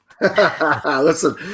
Listen